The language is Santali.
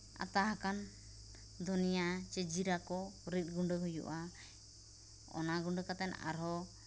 ᱟᱛᱟᱦᱟᱠᱟᱱ ᱫᱷᱚᱱᱤᱭᱟᱹ ᱥᱮ ᱡᱤᱨᱟᱹᱠᱚ ᱨᱤᱫ ᱜᱩᱸᱰᱟᱹ ᱦᱩᱭᱩᱜᱼᱟ ᱚᱱᱟ ᱜᱩᱸᱰᱟᱹ ᱠᱟᱛᱮᱱ ᱟᱨᱦᱚᱸ